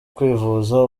kwivuza